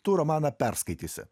tu romaną perskaitysi